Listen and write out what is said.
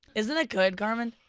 isn't it good, carmen?